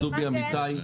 אז ממה כן?